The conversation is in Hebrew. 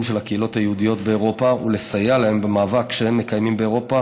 של הקהילות היהודיות באירופה ולסייע להן במאבק שהם מקיימים באירופה